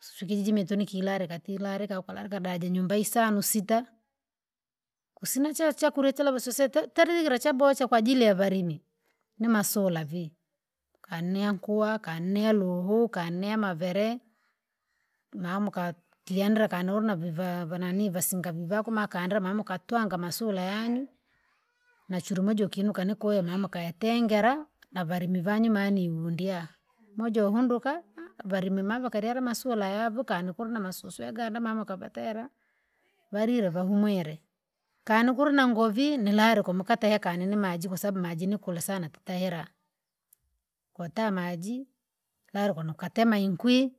Susu ikijiji mitu nikilalika tilarika ukalika da ja nyumba isano sita, kusina cho chakurya chara vasosite tarikira chaboa cha kwajilia ya valimi, nimaula vii, kani yankuwa kani yaluhu kani ya mavere. mama ukatihandra kana ulinaviva vananii vasinga vivako ma kandra mama ukatwanga masula yanyu, nachuru majo ukiinuka nikwee mama ukayatengera, navalimi vanyumani uhundya, mojo uhunduka valimi mava ukalyala masula yavuka nika na masususu yaganda mama kavatera, varile vahumwire. kana ukuruna ngovi nilale ukamukateheka nini nimaji kwasababu maji nikula sana tutahera, kota maji! lalikuno ukatema inkwi,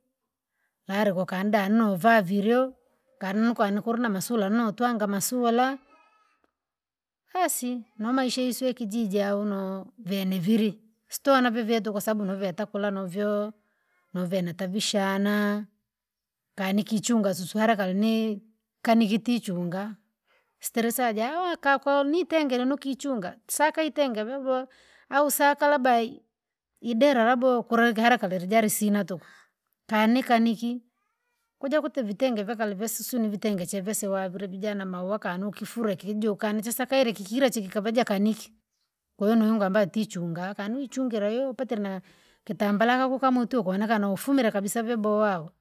laliko ukanda novaa vilyo ukalinuka nukulna masula notwanga masula, basi nomaisha yesu yekijiji aunoo vene vili, sitona vyevyetu kwasababu noveta kula novyo. Nuve natabishana, kanikichunga sus hara kalini? Kanikitichunga, sitilisa jawaka konitengera nukichunga sakaitenge vyabowa, au saka labda ii- idera labowa kula ikiharaka lalijilisina tuku. Kani kaniki, kuja kuti vitenge vyakali visusu nivitenge chevisiwa virivija na maua kani ukifura ikuju kani jisakaele kikila chiki kavaja kaniki, kwahiyo nuyungu ambayo tichunga kanichungire iyoo upatile na- kitambala akakukamutwi ukonekana ufumira kabisa vyabowao.